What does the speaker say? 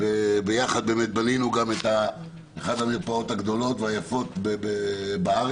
ובאמת ביחד בנינו את אחת המרפאות הגדולות והיפות בארץ.